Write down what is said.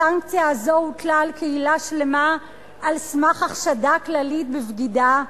הסנקציה הזאת הוטלה על קהילה שלמה על סמך החשדה כללית בבגידה.